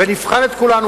ונבחן את כולנו,